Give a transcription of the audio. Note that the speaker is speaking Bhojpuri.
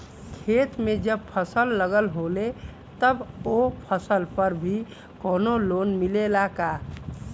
खेत में जब फसल लगल होले तब ओ फसल पर भी कौनो लोन मिलेला का?